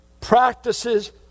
practices